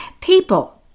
People